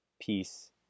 peace